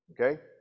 okay